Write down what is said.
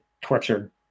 tortured